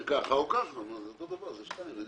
זה נשאר שניים.